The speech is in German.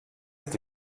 ist